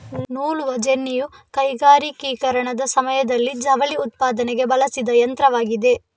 ನೂಲುವ ಜೆನ್ನಿಯು ಕೈಗಾರಿಕೀಕರಣದ ಸಮಯದಲ್ಲಿ ಜವಳಿ ಉತ್ಪಾದನೆಗೆ ಬಳಸಿದ ಯಂತ್ರವಾಗಿದೆ